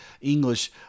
English